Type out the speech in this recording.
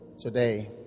today